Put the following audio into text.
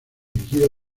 dirigido